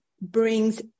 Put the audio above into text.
brings